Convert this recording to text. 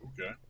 Okay